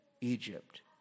Egypt